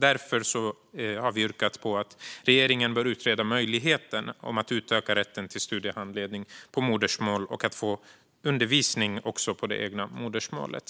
Därför yrkar vi på att regeringen bör utreda möjligheten att utöka rätten till studiehandledning på modersmål och att också få undervisning på det egna modersmålet.